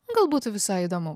gal būtų visai įdomu